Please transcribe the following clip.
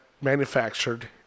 manufactured